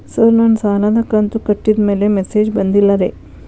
sir ನನ್ನ ಸಾಲದ ಕಂತು ಕಟ್ಟಿದಮೇಲೆ ಮೆಸೇಜ್ ಬಂದಿಲ್ಲ ರೇ